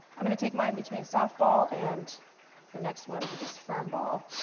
i'm going to take my and between soft ball and the next one, which is firm ball.